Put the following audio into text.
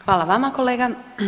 Hvala vama kolega.